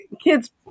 kids